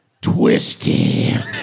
Twisted